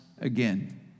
again